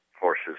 horses